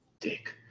Dick